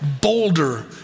bolder